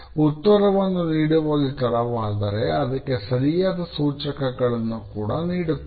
ಉತ್ತರವನ್ನು ನೀಡುವಲ್ಲಿ ತಡವಾದರೆ ಅದಕ್ಕೆ ಸರಿಯಾದ ಸೂಚಕಗಳನ್ನು ಕೂಡ ನೀಡುತ್ತದೆ